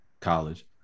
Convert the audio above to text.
college